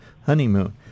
honeymoon